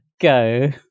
go